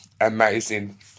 amazing